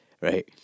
right